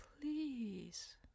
Please